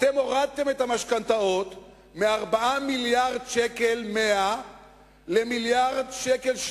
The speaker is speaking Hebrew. אתם הורדתם את המשכנתאות מ-4.1 מיליארדי שקלים ל-1.3 מיליארד שקל,